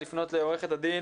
לפנות לעורכת הדין